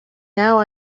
now